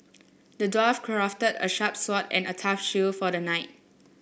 the dwarf crafted a sharp sword and a tough shield for the knight